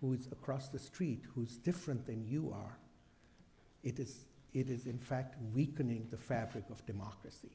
who is across the street who is different than you are it is it is in fact weakening the fabric of democracy